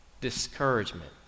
discouragement